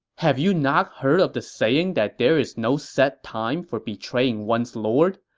have you not heard of the saying that there is no set time for betraying one's lord?